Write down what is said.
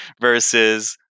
versus